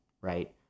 right